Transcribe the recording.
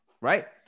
right